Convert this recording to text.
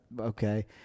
okay